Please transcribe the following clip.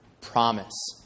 Promise